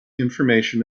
information